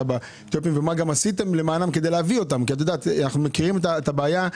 ומה עשיתם למענם כדי להביא אותם כי אנו מכירים את הבעיה,